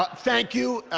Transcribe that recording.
but thank you,